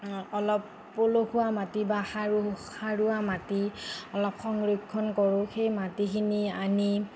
অলপ পলসুৱা মাটি বা সাৰুৱা মাটি অলপ সংৰক্ষণ কৰোঁ সেই মাটি খিনি আনি